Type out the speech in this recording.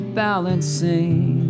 balancing